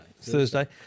Thursday